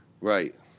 Right